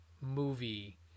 movie